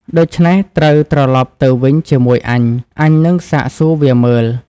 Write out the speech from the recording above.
ដូច្នេះត្រូវត្រឡប់ទៅវិញជាមួយអញ អញនឹងសាកសួរវាមើល៍"។